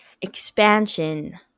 expansion